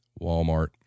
Walmart